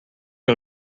que